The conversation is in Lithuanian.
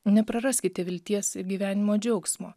nepraraskite vilties ir gyvenimo džiaugsmo